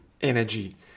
energy